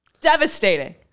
Devastating